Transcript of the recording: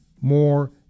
more